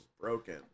broken